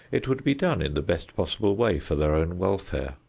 it would be done in the best possible way for their own welfare.